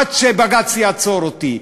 עד שבג"ץ יעצור אותי,